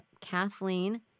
Kathleen